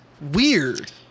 weird